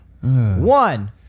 One